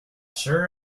sure